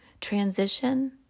transition